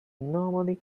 nobody